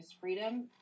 freedom